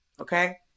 Okay